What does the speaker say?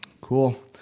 Cool